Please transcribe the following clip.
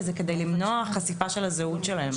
וזה כדי למנוע חשיפה של הזהות שלהם.